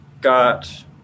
Got